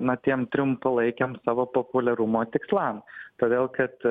na tiem trumpalaikiam savo populiarumo tikslam todėl kad